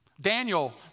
Daniel